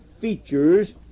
features